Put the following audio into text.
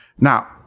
Now